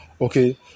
okay